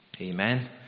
Amen